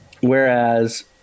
whereas